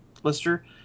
blister